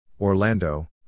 Orlando